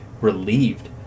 relieved